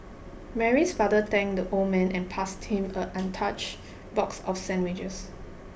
Mary's father thanked the old man and passed him an untouched box of sandwiches